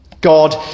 god